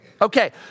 Okay